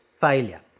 failure